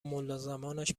ملازمانش